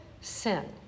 sin